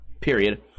period